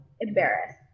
embarrassed